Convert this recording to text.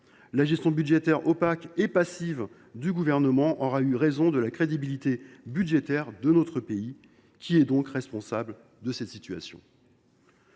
La gestion budgétaire opaque et passive du Gouvernement aura eu raison de la crédibilité budgétaire de notre pays. Qui est donc responsable de cette situation